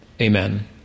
Amen